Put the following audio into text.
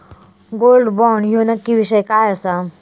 Gold bond ह्यो नक्की विषय काय आसा?